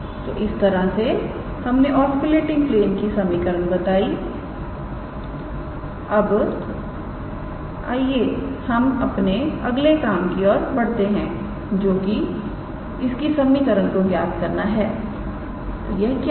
तो इस तरह से हमने ऑस्कुलेटिंग प्लेन की समीकरण बताई अब आइए हम अपने अगले काम की और बढ़ते हैं जो कि इसकी समीकरण को ज्ञात करना है तो यह क्या है